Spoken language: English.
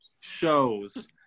shows